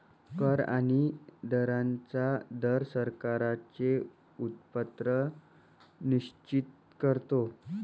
कर आणि दरांचा दर सरकारांचे उत्पन्न निश्चित करतो